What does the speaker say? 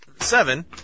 seven